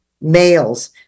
males